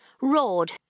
roared